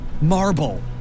Marble